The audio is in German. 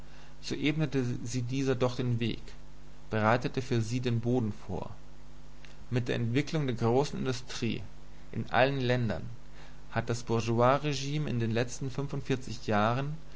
so ebnete sie dieser doch den weg bereitete für sie den boden vor mit der entwicklung der großen industrie in allen ländern hat das bourgeoisregime in den letzten jahren